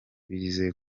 bize